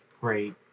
great